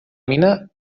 mina